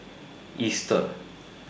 Easter